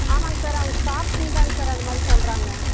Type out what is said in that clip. ஆமாம்ங்க சார் அவங்க ஸ்டாஃப்ஸுங்க தான் சார் அந்தமாதிரி சொல்லுறாங்க